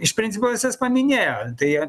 iš principo visas paminėjo tai